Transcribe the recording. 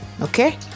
okay